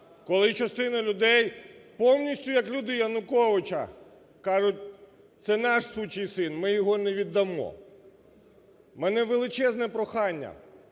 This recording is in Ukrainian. коли частина людей повністю як люди Януковича кажуть – це наш сучий син, ми його не віддамо. У мене величезне прохання,